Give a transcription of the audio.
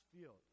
field